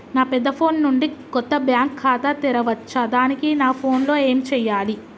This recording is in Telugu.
నా పెద్ద ఫోన్ నుండి కొత్త బ్యాంక్ ఖాతా తెరవచ్చా? దానికి నా ఫోన్ లో ఏం చేయాలి?